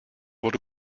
wurde